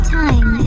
time